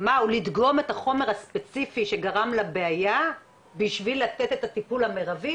או לדגום את החומר הספציפי שגרם לבעיה בשביל לתת את הטיפול המיטבי,